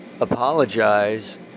apologize